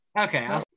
Okay